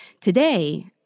today